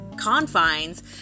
confines